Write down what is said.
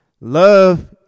Love